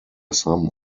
some